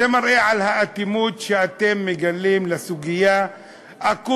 זה מראה על האטימות שאתם מגלים לגבי סוגיה אקוטית,